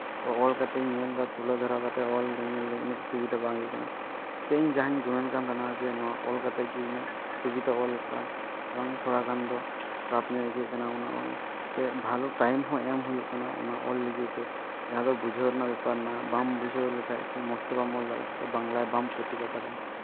ᱛᱚ ᱚᱞ ᱠᱟᱛᱮᱧ ᱧᱮᱞᱫᱟ ᱛᱩᱞᱟᱹ ᱫᱷᱚᱨᱟ ᱠᱟᱛᱮᱫ ᱚᱞᱫᱟᱹᱧ ᱧᱮᱞᱫᱟᱹᱧ ᱤᱱᱟᱹᱜ ᱥᱩᱵᱤᱫᱟ ᱵᱟᱝᱦᱩᱭᱩᱜ ᱠᱟᱱᱟ ᱥᱮ ᱤᱧ ᱡᱟᱦᱟᱧ ᱜᱩᱱᱟᱹᱱ ᱠᱟᱱ ᱛᱟᱦᱮᱱᱟ ᱡᱮ ᱱᱚᱣᱟ ᱚᱞ ᱠᱟᱛᱮᱫ ᱜᱮ ᱤᱧᱟᱹᱜ ᱥᱩᱵᱤᱫᱟ ᱚᱞ ᱞᱮᱠᱟ ᱮᱵᱚᱝ ᱛᱷᱚᱲᱟ ᱜᱟᱱ ᱫᱚ ᱴᱟᱯ ᱧᱚᱜ ᱟᱹᱭᱠᱟᱹᱜ ᱠᱟᱱᱟ ᱚᱱᱟ ᱚᱞ ᱮ ᱵᱷᱟᱞᱚ ᱴᱟᱭᱤᱢ ᱦᱚᱸ ᱮᱢ ᱦᱩᱭᱩᱜ ᱠᱟᱱᱟ ᱚᱱᱟ ᱚᱞ ᱞᱟᱹᱜᱤᱫ ᱛᱮ ᱡᱟᱦᱟᱸ ᱫᱚ ᱵᱩᱡᱷᱟᱹᱣ ᱨᱮᱱᱟᱜ ᱵᱮᱯᱟᱨ ᱢᱮᱱᱟᱜᱼᱟ ᱵᱟᱢ ᱵᱩᱡᱷᱟᱹᱣ ᱞᱮᱠᱷᱟᱡ ᱥᱮ ᱢᱚᱡᱽ ᱵᱟᱢ ᱚᱞ ᱞᱮᱠᱷᱟᱡ ᱥᱮ ᱢᱚᱡᱽ ᱛᱮ ᱵᱟᱢ ᱚᱞ ᱫᱟᱲᱮᱭᱟᱜᱼᱟ ᱥᱮ ᱵᱟᱝᱞᱟᱭ ᱵᱟᱢ ᱯᱨᱚᱛᱤᱵᱟᱫ ᱫᱟᱲᱮᱭᱟᱜᱼᱟ